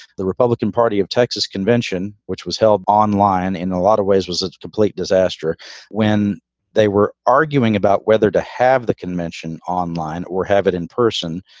the republican party of texas convention, which was held online in a lot of ways, was a complete disaster when they were arguing about whether to have the convention online or have it in person.